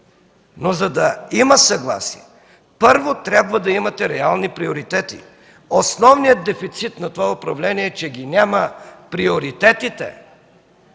но за да има съгласие – първо, трябва да имате реални приоритети. Основният дефицит на това управление е, че ги няма приоритетите.